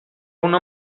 una